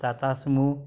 Tata sumo